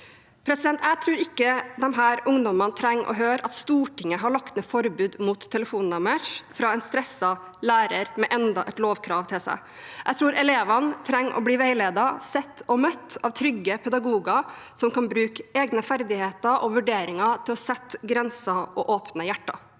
Jeg tror ikke disse ungdommene trenger å høre at Stortinget har lagt ned forbud mot telefonen deres fra en stresset lærer med enda et lovkrav på seg. Jeg tror elevene trenger å bli veiledet, sett og møtt av trygge pedagoger som kan bruke egne ferdigheter og vurderinger til å sette grenser og åpne hjerter.